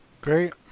Great